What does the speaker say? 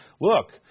look